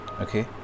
okay